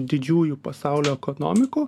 didžiųjų pasaulio ekonomikų